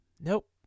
Nope